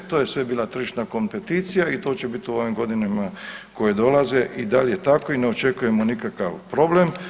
To je sve bila tržišna kompeticija i to će biti u ovim godinama koje dolaze i dalje tako i ne očekujemo nikakav problem.